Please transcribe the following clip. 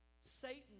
Satan